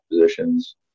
positions